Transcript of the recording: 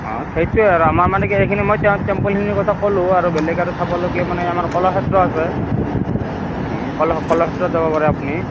অঁ সেইটোৱে আৰু আমাৰ মানে কি সেইখিনি সময়ত টে টেম্পুলখিনিৰ কথা কলোঁ আৰু বেলেগ আৰু চাবলগীয়া মানে আমাৰ কলাক্ষেত্ৰ আছে কলা কলাক্ষেত্ৰত যাব পাৰে আপুনি